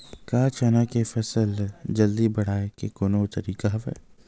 का चना के फसल ल जल्दी बढ़ाये के कोनो तरीका हवय?